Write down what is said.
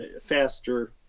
faster